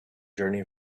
journey